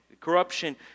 Corruption